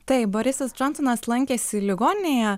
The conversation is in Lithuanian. taip borisas džonsonas lankėsi ligoninėje